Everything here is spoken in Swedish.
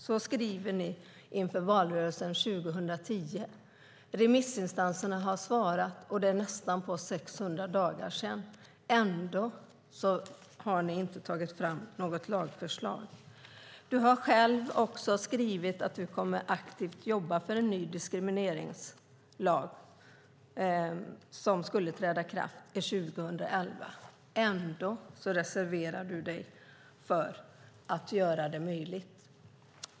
Så skriver ni inför valrörelsen 2010. Remissinstanserna har svarat, och det är nästan 600 dagar sedan. Men ni har ändå inte tagit fram något lagförslag. Ismail Kamil har också själv skrivit att han skulle jobba aktivt för en ny diskrimeringslag som skulle träda i kraft 2011. Men ändå reserverar du dig mot att göra det möjligt.